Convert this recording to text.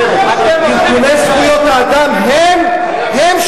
תסתכלו על שר החוץ שלכם שמדרדר את המעמד הזה,